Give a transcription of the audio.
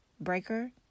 Breaker